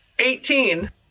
Eighteen